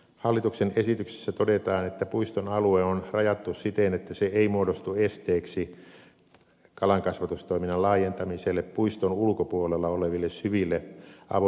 hallituksen esityksessä todetaan että puiston alue on rajattu siten että se ei muodostu esteeksi kalankasvatustoiminnan laajentamiselle puiston ulkopuolella oleville syville avomerialueille